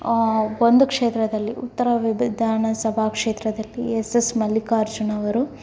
ಒಂದು ಕ್ಷೇತ್ರದಲ್ಲಿ ಉತ್ತರ ವಿಧಾನಸಭಾ ಕ್ಷೇತ್ರದಲ್ಲಿ ಎಸ್ ಎಸ್ ಮಲ್ಲಿಕಾರ್ಜುನ ಅವರು